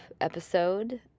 episode